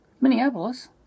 Minneapolis